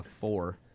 four